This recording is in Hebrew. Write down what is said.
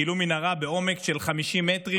בעומק של 50 מטרים,